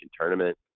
Tournament